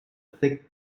thick